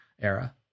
era